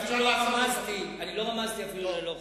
אפילו לא רמזתי על לא חוקי.